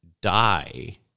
die